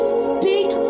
speak